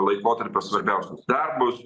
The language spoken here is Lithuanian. laikotarpio svarbiausius darbus